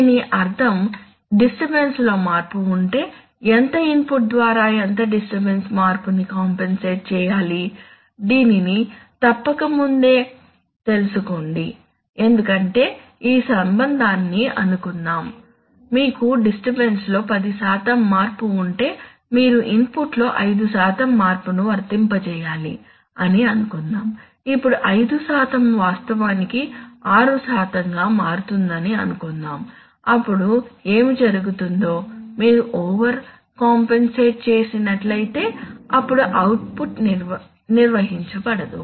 దీని అర్ధం డిస్టర్బన్స్ లో మార్పు ఉంటే ఎంత ఇన్పుట్ ద్వారా ఎంత డిస్టర్బన్స్ మార్పు ని కాంపన్సెట్ చేయాలి దీనిని తప్పక ముందే తెలుసుకోండి ఎందుకంటే ఈ సంబంధాన్ని అనుకుందాం మీకు డిస్టర్బన్స్ లో పది శాతం మార్పు ఉంటే మీరు ఇన్పుట్లో ఐదు శాతం మార్పును వర్తింపజేయాలి అని అనుకుందాం ఇప్పుడు ఐదు శాతం వాస్తవానికి ఆరు శాతంగా మారుతుందని అనుకుందాం అప్పుడు ఏమి జరుగుతుందో మీరు ఓవర్ కాంపన్సేట్ చేసినట్లయితే అప్పుడు అవుట్పుట్ నిర్వహించబడదు